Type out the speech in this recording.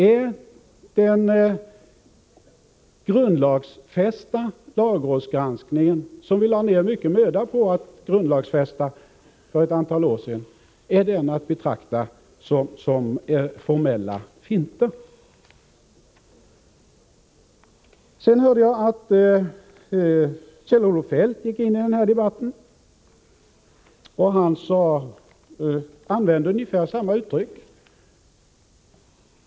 Är lagrådsgranskningen, som vi lade ner mycken möda på att grundlagfästa för ett antal år sedan, att betrakta som en formell fint? Sedan hörde jag att Kjell-Olof Feldt gick in i debatten. Han använde ungefär samma uttryck.